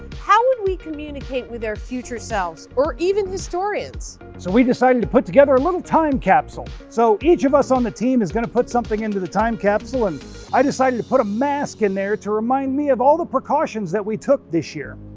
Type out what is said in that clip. how would we communicate with our future selves or even historians? so we decided to put together a little time capsule. so each of us on the team is going to put something into the time capsule. and i decided to put a mask in there to remind me of all the precautions that we took this year.